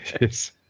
Yes